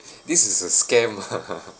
this is a scam